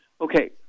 Okay